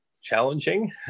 challenging